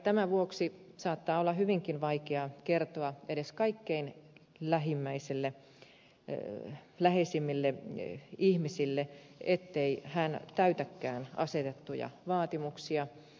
tämän vuoksi saattaa olla hyvinkin vaikeaa kertoa edes kaikkein läheisimmille ihmisille ettei täytäkään asetettuja vaatimuksia